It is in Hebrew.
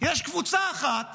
יש קבוצה אחת